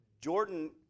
Jordan